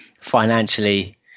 financially